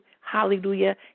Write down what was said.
Hallelujah